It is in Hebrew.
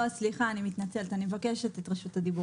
לא סליחה, אני מתנצלת, אני מבקשת את רשות הדיבור.